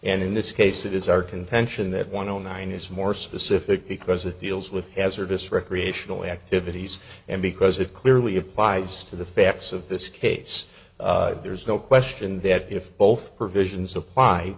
and in this case it is our contention that one o nine is more specific because it deals with hazardous recreational activities and because it clearly applies to the facts of this case there's no question that if both provisions apply